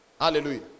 hallelujah